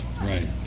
right